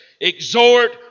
Exhort